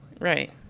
Right